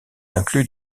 inclus